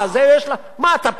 מה, אתה פרשן?